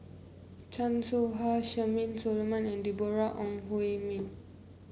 Chan Soh Ha Charmaine Solomon and Deborah Ong Hui Min